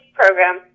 program